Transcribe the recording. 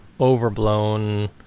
overblown